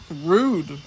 Rude